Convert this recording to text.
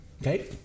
okay